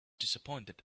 disappointed